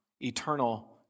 eternal